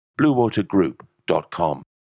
bluewatergroup.com